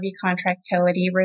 contractility